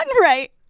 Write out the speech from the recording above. right